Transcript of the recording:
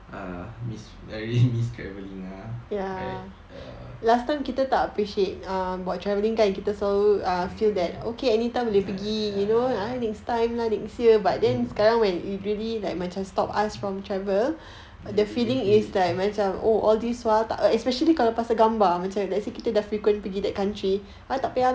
err miss I really miss travelling lah like err mm ya ya ya mmhmm mmhmm ya